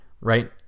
right